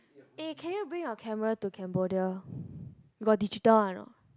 eh can you bring your camera to Cambodia got digital one or not